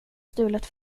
stulet